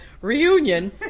reunion